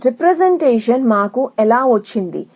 ఈ representation మాకు ఎలా వచ్చింది